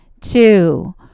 two